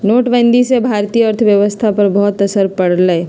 नोटबंदी से भारतीय अर्थव्यवस्था पर बहुत असर पड़ लय